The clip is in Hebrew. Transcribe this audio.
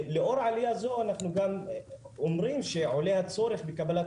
לאור העלייה הזו אנחנו גם שעולה הצורך לקבלת